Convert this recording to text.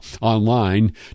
online